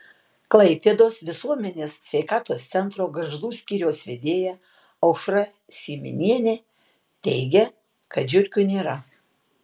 klaipėdos visuomenės sveikatos centro gargždų skyriaus vedėja aušra syminienė teigia kad žiurkių nėra